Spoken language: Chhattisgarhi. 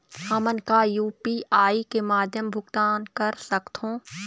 हमन का यू.पी.आई के माध्यम भुगतान कर सकथों?